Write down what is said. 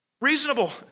Reasonable